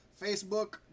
facebook